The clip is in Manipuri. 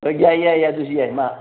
ꯌꯥꯏ ꯌꯥꯏ ꯑꯗꯨꯁꯨ ꯌꯥꯏ ꯃꯥ